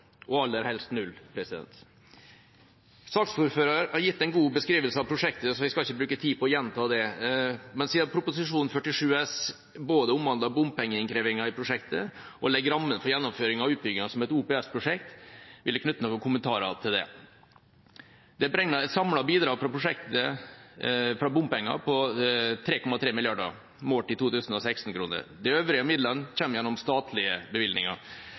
og aller helst null. Saksordføreren har gitt en god beskrivelse av prosjektet, så jeg skal ikke bruke tid på å gjenta det. Siden Prop. 45 S for 2016–2017 både omhandler bompengeinnkrevingen i prosjektet og legger rammen for gjennomføring av utbyggingen som et OPS-prosjekt, vil jeg knytte noen kommentarer til det. Det er beregnet et samlet bidrag til prosjektet fra bompenger på 3,3 mrd. kr målt i 2016-kroner. De øvrige midlene kommer gjennom statlige bevilgninger.